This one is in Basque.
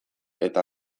eta